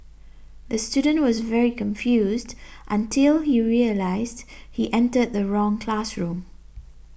the student was very confused until he realised he entered the wrong classroom